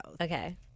Okay